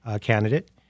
candidate